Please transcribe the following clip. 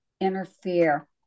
interfere